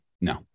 No